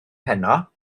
heno